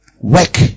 work